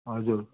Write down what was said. हजुर